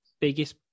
biggest